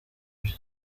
bye